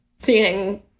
Seeing